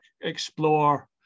explore